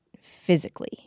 physically